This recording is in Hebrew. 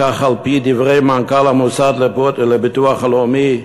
כך על-פי דברי מנכ"ל המוסד לביטוח לאומי,